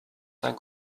saint